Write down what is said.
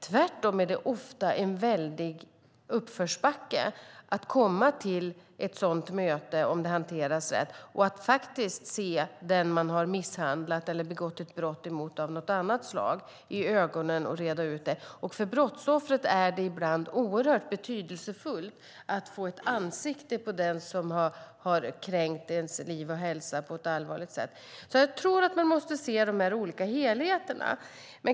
Tvärtom är det ofta en väldig uppförsbacke att komma till ett sådant möte, om det hanteras rätt, och se den i ögonen som man misshandlat eller på annat sätt begått ett brott mot, och att reda ut det hela. För brottsoffret är det ibland oerhört betydelsefullt att få ett ansikte på den som på ett allvarligt sätt kränkt ens liv och hälsa. Man måste alltså se de olika helheterna.